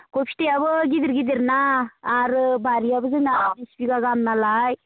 गय फिथाइआबो गिदिर गिदिरना आरो बारियाबो जोंना बिस बिघा गाहाम नालाय